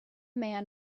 man